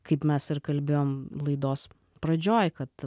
kaip mes ir kalbėjom laidos pradžioj kad